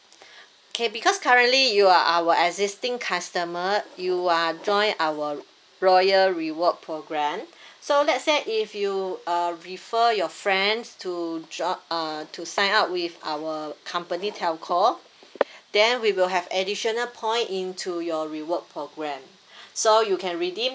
okay because currently you are our existing customer you are join our loyal reward program so let's say if you uh refer your friends to drop uh to sign up with our company telco then we will have additional point into your reward programme so you can redeem